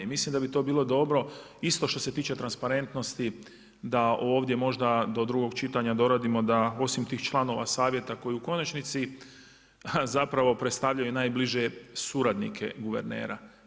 I mislim da bi to bilo dobro isto što se tiče transparentnosti da ovdje možda do drugog čitanja doradimo da osim tih članova savjeta koji u konačnici predstavljaju najbliže suradnike guvernera.